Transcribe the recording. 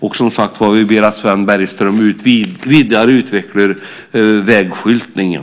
Vi ber att Sven Bergström utvecklar frågan om vägskyltningen.